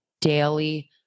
daily